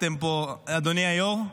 אדוני היו"ר,